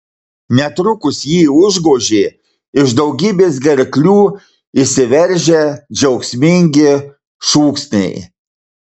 netrukus jį užgožė iš daugybės gerklių išsiveržę džiaugsmingi šūksniai